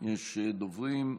יש דוברים.